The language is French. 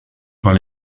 par